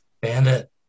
Bandit